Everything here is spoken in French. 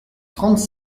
trente